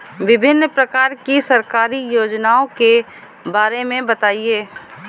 विभिन्न प्रकार की सरकारी योजनाओं के बारे में बताइए?